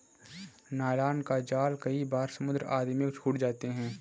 nylon का जाल कई बार समुद्र आदि में छूट जाते हैं